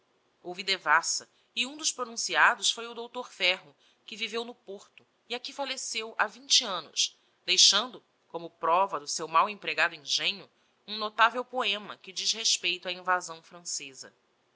houve devassa e um dos pronunciados foi o doutor ferro que viveu no porto e aqui falleceu ha vinte annos deixando como prova do seu mal empregado engenho um notavel poema que diz respeito á invasão franceza